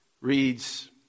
Reads